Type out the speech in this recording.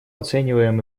оцениваем